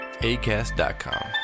ACAST.com